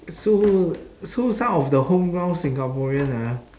so so some of the home ground singaporean ah